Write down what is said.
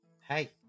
Hey